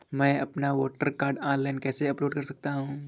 मैं अपना voter card online कैसे अपलोड कर सकता हूँ?